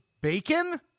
bacon